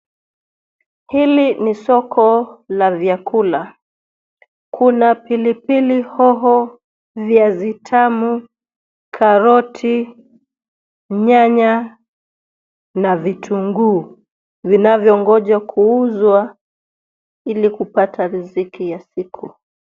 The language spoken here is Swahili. Hili ni soko la vyakula, kuna pilipili hoho, viazi tamu, karoti, nyanya na vitunguu vinavyongoja kuuzwa ili kupata riziki ya siku.